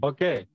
Okay